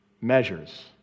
measures